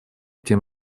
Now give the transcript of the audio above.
тем